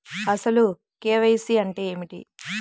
అసలు కే.వై.సి అంటే ఏమిటి?